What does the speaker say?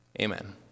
Amen